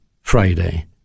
Friday